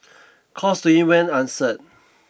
calls to it went answered